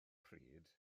pryd